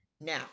Now